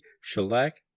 shellac